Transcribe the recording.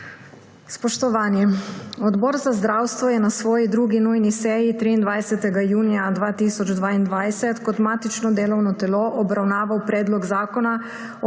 Spoštovani! Odbor za zdravstvo je na svoji 2. nujni seji 23. junija 2022 kot matično delovno telo obravnaval Predlog zakona